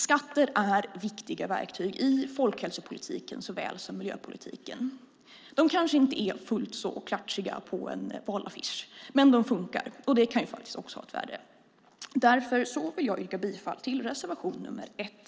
Skatter är viktiga verktyg i såväl folkhälsopolitiken som miljöpolitiken. De kanske inte är fullt så klatschiga på en valaffisch, men de funkar, och det kan också ha ett värde. Därför yrkar jag bifall till reservation 1.